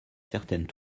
certaines